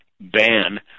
ban